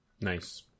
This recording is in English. Nice